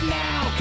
now